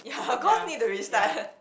yea yea